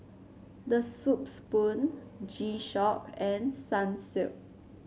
The Soup Spoon G Shock and Sunsilk